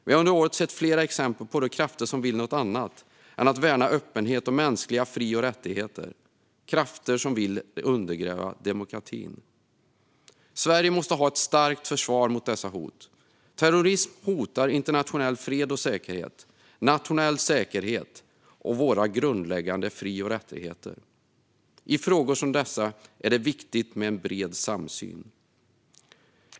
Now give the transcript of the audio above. Vi har under året sett flera exempel på de krafter som vill något annat än att värna öppenhet och mänskliga fri och rättigheter - krafter som vill undergräva demokratin. Sverige måste ha ett starkt försvar mot dessa hot. Terrorism hotar internationell fred och säkerhet, nationell säkerhet och våra grundläggande fri och rättigheter. I frågor som dessa är det viktigt med en bred samsyn.